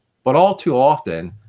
but all too often,